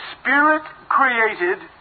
Spirit-created